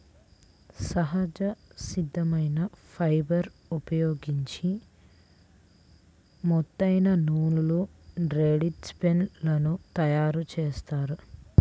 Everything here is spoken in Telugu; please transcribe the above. సహజ సిద్ధమైన ఫైబర్ని ఉపయోగించి మెత్తనైన నూలు, థ్రెడ్ స్పిన్ లను తయ్యారుజేత్తారు